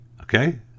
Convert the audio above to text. okay